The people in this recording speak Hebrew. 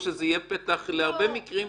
או שזה יהיה פתח להרבה מקרים.